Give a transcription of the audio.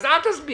אז אל תסבירו.